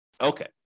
Okay